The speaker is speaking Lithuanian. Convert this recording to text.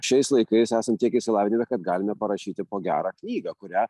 šiais laikais esam tiek išsilavinime kad galime parašyti po gerą knygą kurią